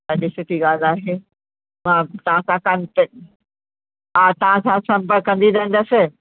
ॾाढी सुठी ॻाल्हि आहे मां तव्हां सां कॉन्टैक्ट ते हा तव्हां सां सम्पर्क कंदी रहंदसि